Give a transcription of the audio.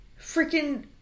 freaking